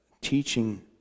teaching